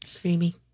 Creamy